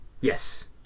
Yes